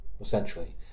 essentially